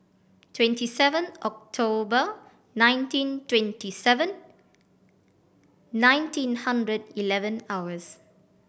twenty seven October nineteen twenty seven nineteen hundred eleven hours